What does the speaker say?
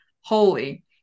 holy